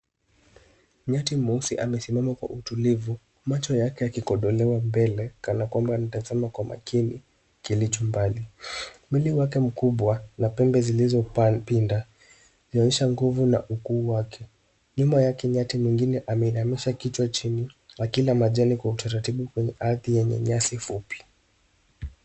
Nyati mweusi amesimama kwa utilivu, macho yake yakikodolewa mbele kana kwamba anatazama kwa maikini kilicho mbali. Mwili wake mkubwa na pembe zilizopinda zinaonyesha nguvu na ukuu wake. Nyuma yake, nyati mwengine ameinamisha kichwa chini akila majani kwa utaratibu kwenye ardhi yenye nyasi fupi.